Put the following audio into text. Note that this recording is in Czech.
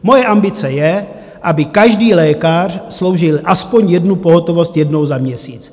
Moje ambice je, aby každý lékař sloužil aspoň jednu pohotovost jednou za měsíc.